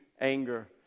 anger